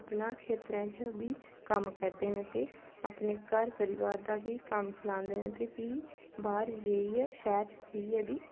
अपना खेतरें च बी कम्म करदे न ते अपने घर परिवार दा बी कम्म चलांदे न ते फ्ही बाह्र च जाइयै बी शैह्र च बी जाइयै